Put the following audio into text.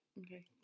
okay